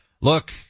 look